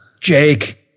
Jake